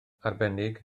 arbennig